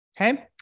Okay